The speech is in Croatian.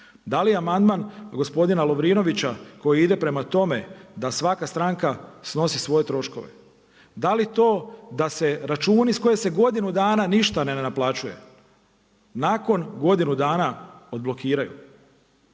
da li amandman gospodina Lovrinovića koji ide prema tome da svaka stranka snosi svoje troškove, da li to da se računi s kojeg se godinu dana niša ne naplaćuje, nakon godinu dana odblokiraju